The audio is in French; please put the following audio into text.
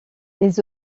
les